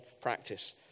practice